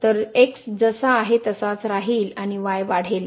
तर x जसा आहे तसाच राहील आणि y वाढेल